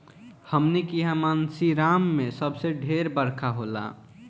हमनी किहा मानसींराम मे सबसे ढेर बरखा होला